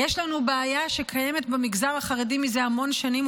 יש לנו בעיה שקיימת במגזר החרדי זה המון שנים,